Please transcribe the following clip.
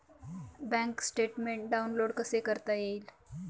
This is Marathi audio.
बँक स्टेटमेन्ट डाउनलोड कसे करता येईल?